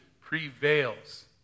prevails